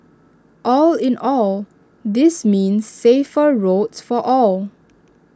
all in all this means safer roads for all